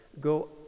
go